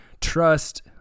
trust